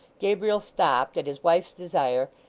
gabriel stopped at his wife's desire,